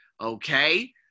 Okay